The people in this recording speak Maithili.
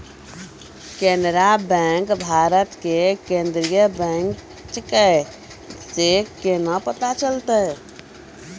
केनरा बैंक भारत के केन्द्रीय बैंक छै से केना पता चलतै?